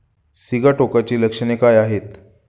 सिगाटोकाची लक्षणे काय आहेत?